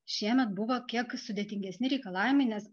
šiemet buvo kiek sudėtingesni reikalavimai nes